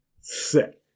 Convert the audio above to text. Sick